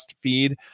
feed